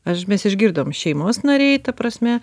aš mes išgirdom šeimos nariai ta prasme